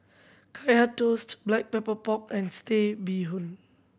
Kaya Toast Black Pepper Pork and Satay Bee Hoon